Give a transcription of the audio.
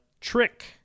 Trick